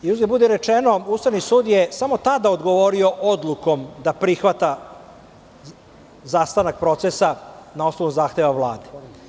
Uzgred rečeno, Ustavni sud je samo tada odgovorio odlukom da prihvata zastanak procesa na osnovu zahteva Vlade.